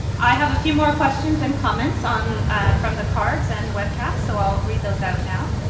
i have a few more questions and comments on from the cards and webcast, so i'll read those out now.